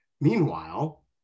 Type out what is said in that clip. meanwhile